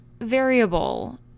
variable